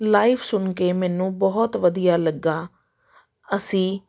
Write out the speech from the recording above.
live ਸੁਣ ਕੇ ਮੈਨੂੰ ਬਹੁਤ ਵਧੀਆ ਲੱਗਾ ਅਸੀਂ